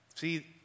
See